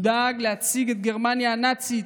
הוא דאג להציג את גרמניה הנאצית